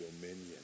dominion